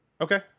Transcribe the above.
Okay